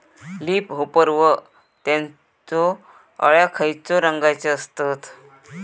Leaf hopper व त्यानचो अळ्या खैचे रंगाचे असतत?